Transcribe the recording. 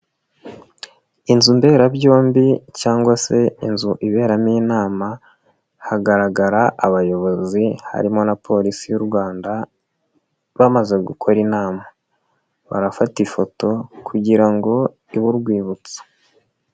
Inzu mberabyombi cyangwa se inzu iberamo inama, hagaragara abayobozi harimo na Polisi y'u Rwanda bamaze gukora inama, barafata ifoto kugira ngo ibe urwibutso.